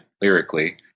lyrically